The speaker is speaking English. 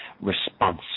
response